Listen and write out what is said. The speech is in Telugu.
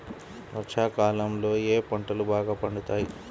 వర్షాకాలంలో ఏ పంటలు బాగా పండుతాయి?